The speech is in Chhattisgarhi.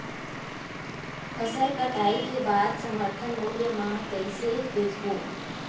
फसल कटाई के बाद समर्थन मूल्य मा कइसे बेचबो?